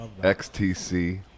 XTC